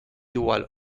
igual